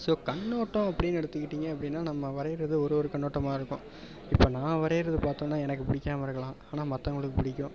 so கண்ணோட்டம் அப்படின்னு எடுத்துக்கிட்டீங்க அப்படின்னா நம்ம வரைகிறது ஒரு ஒரு கண்ணோட்டமாக இருக்கும் இப்போ நான் வரைகிறது பார்த்தோன்னா எனக்கு பிடிக்காமல் இருக்கலாம் ஆனால் மற்றவங்களுக்கு பிடிக்கும்